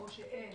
או שאין,